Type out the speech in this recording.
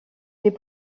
des